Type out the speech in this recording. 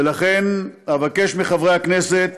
ולכן אבקש מחברי הכנסת